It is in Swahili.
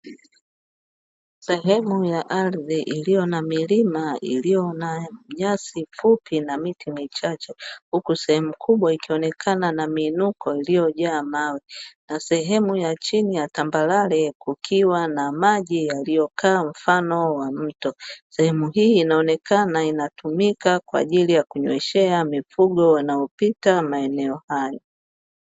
Sehemu ya ardhi iliyo na milima iliyo na nyasi fupi na miti michache, huku sehemu kubwa ikionekana na miinuko iliyojaa mawe, na sehemu ya chini ya tambarare kukiwa na maji yaliyokaa mfano wa mto. Sehemu hii inaonekana inatumika kwa ajili ya kunyweshea mifugo, wanaopita maeneo hayo.